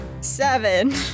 Seven